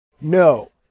No